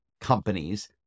companies